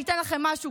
אני אתן לכם משהו,